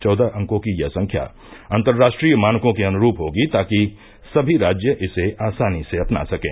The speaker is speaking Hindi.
चौदह अंकों की यह संख्या अंतरराष्ट्रीय मानकों के अनुरूप होगी ताकि सभी राज्य इसे आसानी से अपना सकें